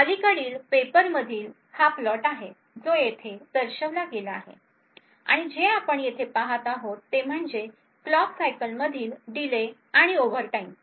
अलीकडील पेपरमधील हा प्लॉट आहे जो येथे दर्शविला गेला आहे आणि जे आपण येथे पाहत आहोत ते म्हणजे क्लॉक सायकल मधील डिले आणि ओव्हरटाईम